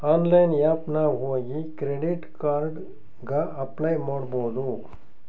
online app ನಾಗ್ ಹೋಗಿ credit card ಗ ಅಪ್ಲೈ ಮಾಡ್ಬೋದು